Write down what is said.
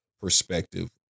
perspective